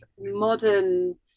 modern